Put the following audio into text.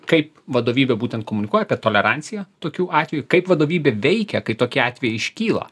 kaip vadovybė būtent komunikuoja apie toleranciją tokių atvejų kaip vadovybė veikia kai tokie atvejai iškyla